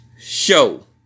show